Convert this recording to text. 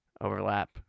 overlap